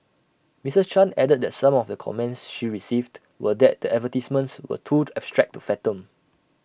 Mrs chan added that some of the comments she received were that the advertisements were too to abstract to fathom